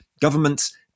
governments